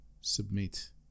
Submit